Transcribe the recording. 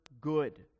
good